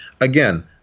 again